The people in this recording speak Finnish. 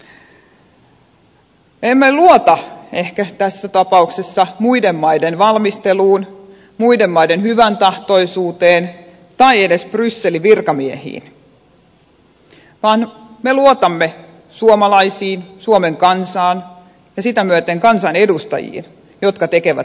me emme luota ehkä tässä tapauksessa muiden maiden valmisteluun muiden maiden hyväntahtoisuuteen tai edes brysselin virkamiehiin vaan me luotamme suomalaisiin suomen kansaan ja sitä myöten kansanedustajiin jotka tekevät nämä päätökset